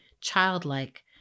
childlike